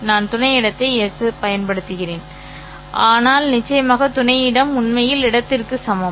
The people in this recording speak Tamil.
நான் துணை இடத்தைப் பயன்படுத்துவேன் ஆனால் நிச்சயமாக துணை இடம் உண்மையில் இடத்திற்கு சமம்